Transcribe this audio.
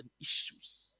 issues